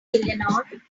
eleanor